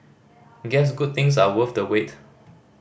guess good things are worth the wait